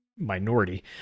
minority